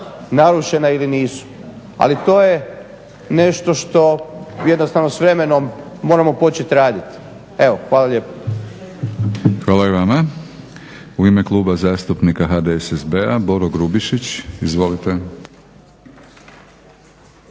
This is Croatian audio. narušena ili nisu. Ali to je nešto što jednostavno s vremenom moramo početi raditi. Evo, hvala lijepa. **Batinić, Milorad (HNS)** Hvala i vama. U ime Kluba zastupnika HDSSB-a Boro Grubišić. Izvolite.